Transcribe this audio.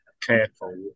careful